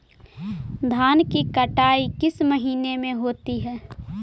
धान की कटनी किस महीने में होती है?